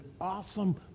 awesome